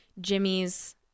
Jimmy's